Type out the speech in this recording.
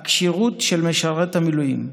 הכשירות של משרת המילואים,